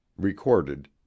Recorded